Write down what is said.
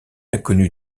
inconnue